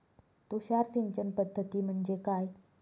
तुषार सिंचन पद्धती म्हणजे काय?